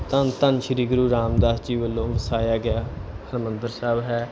ਧੰਨ ਧੰਨ ਸ਼੍ਰੀ ਗੁਰੂ ਰਾਮਦਾਸ ਜੀ ਵੱਲੋਂ ਵਸਾਇਆ ਗਿਆ ਹਰਿਮੰਦਰ ਸਾਹਿਬ ਹੈ